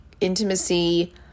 intimacy